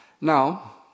Now